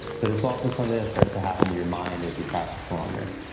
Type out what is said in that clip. but it's also something that starts to happen to your mind as you practice longer.